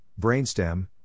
brainstem